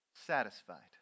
satisfied